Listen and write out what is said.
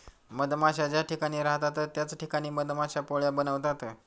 मधमाश्या ज्या ठिकाणी राहतात त्याच ठिकाणी मधमाश्या पोळ्या बनवतात